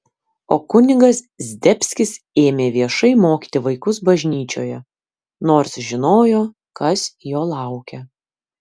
o kunigas zdebskis ėmė viešai mokyti vaikus bažnyčioje nors žinojo kas jo laukia